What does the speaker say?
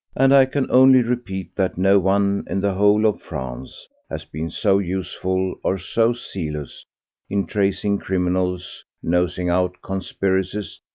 and i can only repeat that no one, in the whole of france, has been so useful or so zealous in tracking criminals, nosing out conspiracies,